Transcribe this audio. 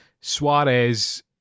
Suarez